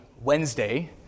Wednesday